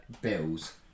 bills